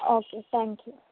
okay thank you